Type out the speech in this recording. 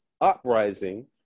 uprising